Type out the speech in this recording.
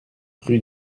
rue